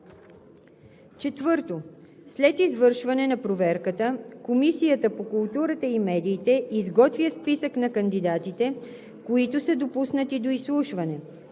т. 2. 4. След извършване на проверката Комисията по културата и медиите изготвя списък на кандидатите, които са допуснати до изслушване.